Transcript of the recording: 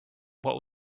what